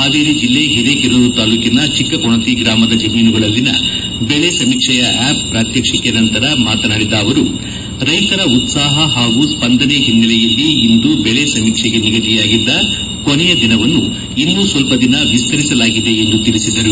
ಹಾವೇರಿ ಜಿಲ್ಲೆ ಹಿರೇಕೆರೂರು ತಾಲೂಕಿನ ಚಿಕ್ಕಕೊಣತಿ ಗ್ರಾಮದ ಜಮೀನುಗಳಲ್ಲಿನ ಬೆಳೆ ಸಮೀಕ್ಷೆಯ ಆಪ್ ಪ್ರಾತ್ಯಕ್ಷಿಕೆ ನಂತರ ಮಾತನಾಡಿದ ಅವರು ರೈತರ ಉತ್ಸಾಹ ಹಾಗೂ ಸ್ಪಂದನೆ ಹಿನ್ನೆಲೆಯಲ್ಲಿ ಇಂದು ಬೆಳೆ ಸಮೀಕ್ಷೆಗೆ ನಿಗದಿಯಾಗಿದ್ದ ಕೊನೆಯ ದಿನವನ್ನು ಇನ್ನೂ ಸ್ವಲ್ಪ ದಿನ ವಿಸ್ತರಿಸಲಾಗಿದೆ ಎಂದು ಅವರು ತಿಳಿಸಿದರು